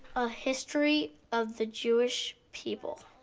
a history of the jewish people.